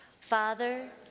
Father